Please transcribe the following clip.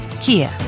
Kia